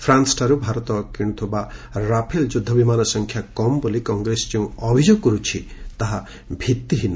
ଫ୍ରାନ୍ସଠାରୁ ଭାରତ କିଣୁଥିବା ରାଫେଲ୍ ଯୁଦ୍ଧ ବିମାନ ସଂଖ୍ୟା କମ୍ ବୋଲି କଂଗ୍ରେସ ଯେଉଁ ଅଭିଯୋଗ କରୁଛି ତାହା ଭିଭିହୀନ